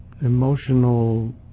emotional